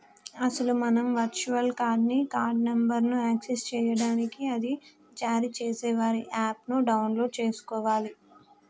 అసలు మనం virtual card ని కార్డు నెంబర్ను యాక్సెస్ చేయడానికి అది జారీ చేసే వారి యాప్ ను డౌన్లోడ్ చేసుకోవాలి